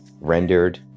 rendered